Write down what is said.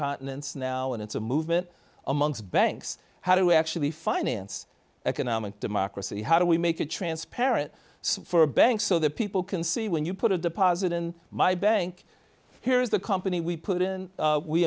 continents now and it's a movement amongst banks how do we actually finance economic democracy how do we make it transparent for banks so that people can see when you put a deposit in my bank here's the company we put i